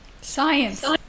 Science